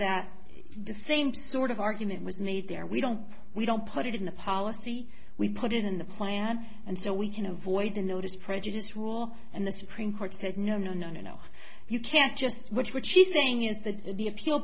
that the same sort of argument was made there we don't we don't put it in the policy we put it in the plan and so we can avoid the notice prejudice rule and the supreme court said no no no you can't just watch what she's saying is that the appeal